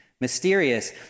mysterious